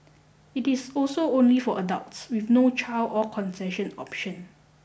it is also only for adults with no child or concession option